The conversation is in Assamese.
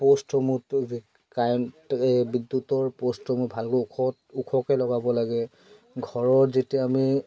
প'ষ্টসমূহ কাৰেণ্ট বিদ্যুতৰ প'ষ্টসমূহ ভালকৈ ওখ ওখকৈ লগাব লাগে ঘৰত যেতিয়া আমি